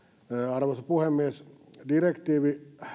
arvoisa puhemies direktiivi